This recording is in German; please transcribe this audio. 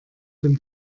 dem